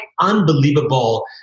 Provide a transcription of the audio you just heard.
unbelievable